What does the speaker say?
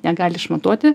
negali išmatuoti